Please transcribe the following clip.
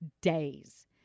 days